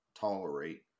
tolerate